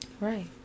right